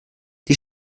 die